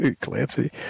Clancy